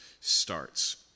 starts